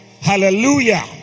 Hallelujah